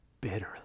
bitterly